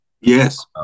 Yes